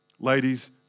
Ladies